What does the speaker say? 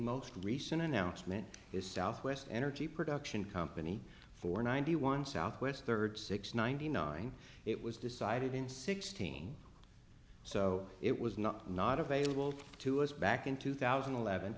most recent announcement is southwest energy production company for ninety one southwest third six ninety nine it was decided in sixteen so it was not not available to us back in two thousand and eleven